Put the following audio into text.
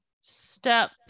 step